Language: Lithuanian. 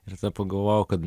ir tada pagalvojau kad